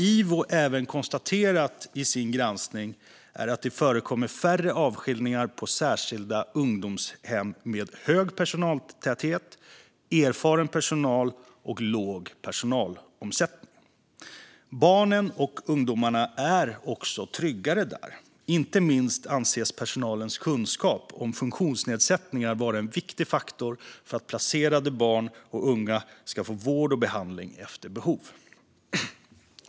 Ivo har konstaterat i sin granskning att det förekommer färre avskiljningar på särskilda ungdomshem med hög personaltäthet, erfaren personal och låg personalomsättning. Barnen och ungdomarna är också tryggare där. Inte minst anses personalens kunskap om funktionsnedsättningar vara en viktig faktor för att placerade barn och unga ska få vård och behandling efter behov.